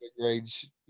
grades